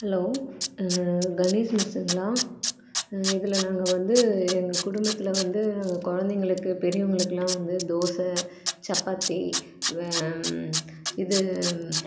hello Ganesh மெஸ்ஸுங்களா இதில் நாங்கள் வந்து எங்கள் குடும்பத்தில் வந்து குழந்தைங்களுக்கு பெரியவங்களுக்கெலாம் வந்து தோசை சப்பாத்தி இது